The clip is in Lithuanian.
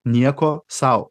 nieko sau